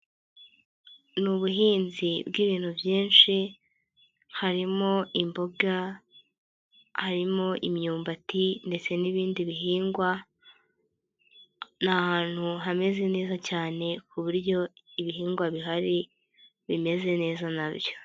Ni ubuhinzi bw'ibintu byinshi harimo imboga, harimo imyumbati ndetse n'ibindi bihingwa, ni ahantu hameze neza cyane ku buryo ibihingwa bihari bimeze neza na byo.